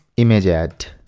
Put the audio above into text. image ad.